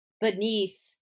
beneath